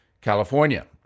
California